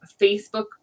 Facebook